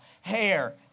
hair